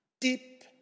deep